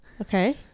Okay